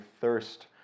thirst